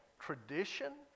tradition